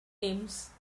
names